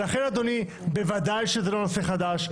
לכן, אדוני, בוודאי שזה לא נושא חדש.